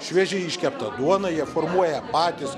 šviežiai iškeptą duoną jie formuoja patys